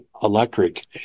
electric